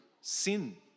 sin